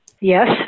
Yes